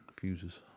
fuses